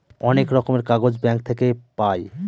অনেক রকমের কাগজ ব্যাঙ্ক থাকে পাই